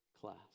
class